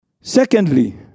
Secondly